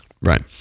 Right